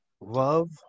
love